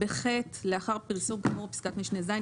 (ח) לאחר הפרסום כאמור בפסקת משנה (ז),